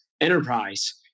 enterprise